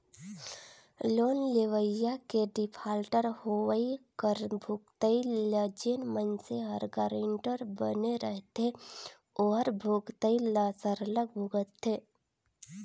loan लेवइया के defaulter होवई कर भुगतई ल जेन मइनसे हर गारंटर बने रहथे ओहर भुगतई ल सरलग भुगतथे